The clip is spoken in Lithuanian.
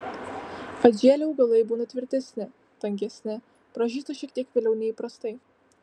atžėlę augalai būna tvirtesni tankesni pražysta šiek tiek vėliau nei įprastai